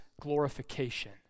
glorification